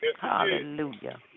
Hallelujah